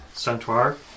Centaur